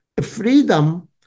Freedom